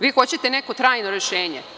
Vi hoćete neko trajno rešenje.